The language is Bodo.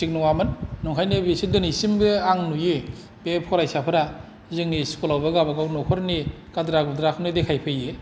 नंखायनो बिसोरबो दिनैसिमबो आं नुयो बे फरायसाफोरा जोंनि स्कुलावबो गावबागाव न'खरनि गाद्रा गुद्राखौनो देखायफैयो